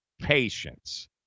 patience